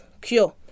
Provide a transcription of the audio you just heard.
cure